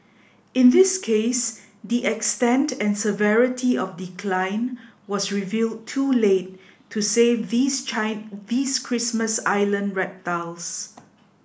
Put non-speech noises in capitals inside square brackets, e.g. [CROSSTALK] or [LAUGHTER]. in this case the extent and severity of decline was revealed too late to save these [UNINTELLIGIBLE] these Christmas Island reptiles